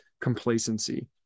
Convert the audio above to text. complacency